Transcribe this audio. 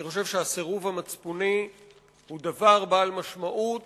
אני חושב שהסירוב המצפוני הוא דבר בעל משמעות